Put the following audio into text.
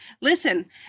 listen